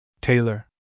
Taylor